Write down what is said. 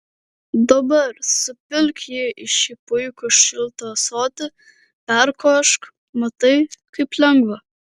dabar supilk jį į šį puikų šiltą ąsotį perkošk matai kaip lengva